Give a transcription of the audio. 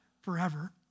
forever